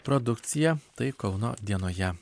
produkciją tai kauno dienoje